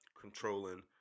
controlling